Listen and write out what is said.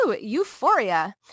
euphoria